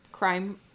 crime